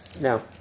Now